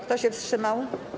Kto się wstrzymał?